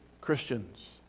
Christians